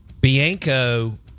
Bianco